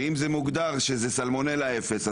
אם זה מוגדר שזה סלמונלה אפס,